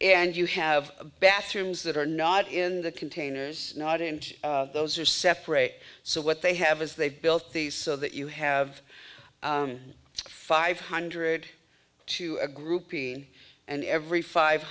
and you have bathrooms that are not in the containers not in those are separate so what they have is they've built these so that you have five hundred to a grouping and every five